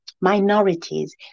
minorities